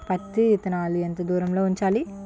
పత్తి విత్తనాలు ఎంత దూరంలో ఉంచాలి?